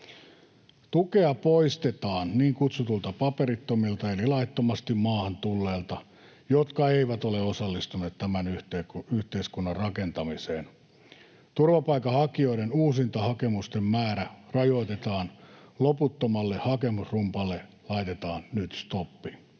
Tukea poistetaan niin kutsutuilta paperittomilta eli laittomasti maahan tulleilta, jotka eivät ole osallistuneet tämän yhteiskunnan rakentamiseen. Turvapaikanhakijoiden uusintahakemusten määrää rajoitetaan, loputtomalle hakemusrumballe laitetaan nyt stoppi.